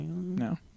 No